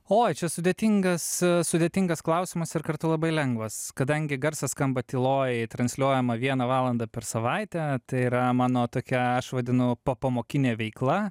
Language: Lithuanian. oi čia sudėtingas sudėtingas klausimas ir kartu labai lengvas kadangi garsas skamba tyloj transliuojama vieną valandą per savaitę tai yra mano tokia aš vadinu popamokinė veikla